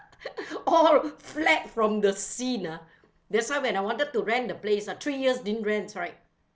all fled from the scene ah that's why when I wanted to rent the place ah three years didn't rent right